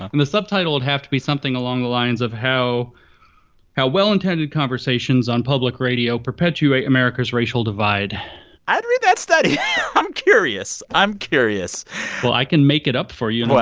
and the subtitle would have to be something along the lines of how how well-intended conversations on public radio perpetuate america's racial divide i'd read that study. yeah i'm curious. i'm curious well, i can make it up for you.